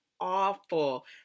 awful